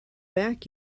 back